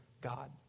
God